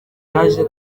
yaje